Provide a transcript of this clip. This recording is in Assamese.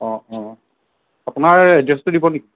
অঁ অঁ আপোনাৰ এড্ৰেচটো দিব নেকি